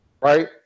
Right